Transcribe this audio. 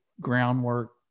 groundwork